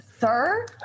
sir